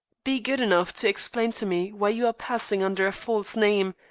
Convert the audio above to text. be good enough to explain to me why you are passing under a false name,